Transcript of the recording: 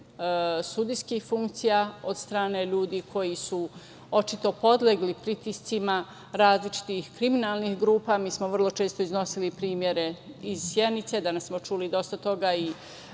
sudijski funkcija od strane ljudi koji su očito podlegli pritiscima različitih kriminalnih grupa. Vrlo često smo iznosili primere iz Sjenice. Danas smo čuli dosta toga o